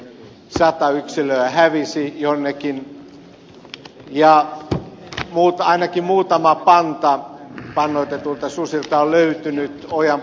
sata yksilöä hävisi jonnekin ja ainakin muutama panta pannoitetuilta susilta on löytynyt ojanpohjista